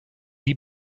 die